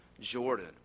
Jordan